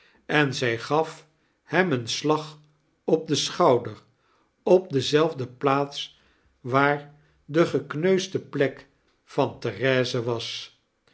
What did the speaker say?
en zij gaf hem een slag op den schouder op dezelfde plaats waar de gekneusde plek van therese was